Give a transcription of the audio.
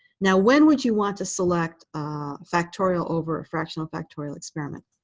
now, when would you want to select factorial over a fractional factorial experiment?